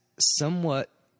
somewhat